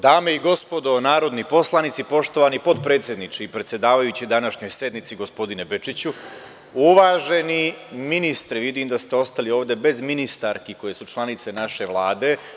Dame i gospodo narodni poslanici, poštovani potpredsedniče i predsedavajući današnjoj sednici gospodine Bečiću, uvaženi ministri, vidim da ste ostali ovde bez ministarki koje su članice naše Vlade.